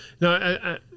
No